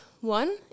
one